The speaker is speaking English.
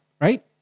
Right